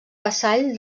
vassall